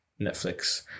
Netflix